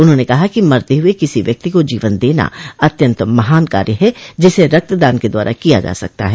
उन्होंने कहा कि मरते हुए किसी व्यक्ति को जीवन देना अत्यन्त महान कार्य है जिसे रक्तदान के द्वारा किया जा सकता है